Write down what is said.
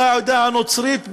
של העדה הנוצרית,